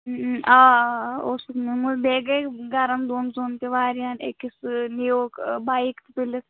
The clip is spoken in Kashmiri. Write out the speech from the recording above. آ آ اوسُکھ نِمُت بیٚیہِ گٔے گَرن دۄن ژۄن تہٕ وارِیاہن أکِس نِیٛوٗکھ بایک تُلِتھ